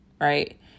right